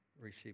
receive